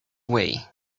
way